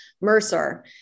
Mercer